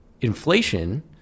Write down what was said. inflation